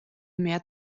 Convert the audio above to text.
mehr